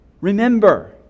Remember